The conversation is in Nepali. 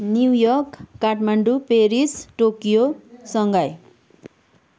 New York Kathmandu Paris Tokyo Shanghai